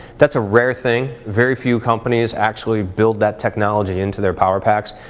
that's a rare thing, very few companies actually build that technology into their power packs,